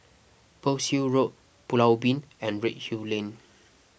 Pearl's Hill Road Pulau Ubin and Redhill Lane